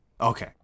Okay